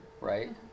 right